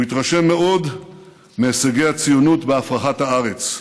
הוא התרשם מאוד מהישגי הציונות בהפרחת הארץ.